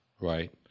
right